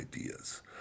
ideas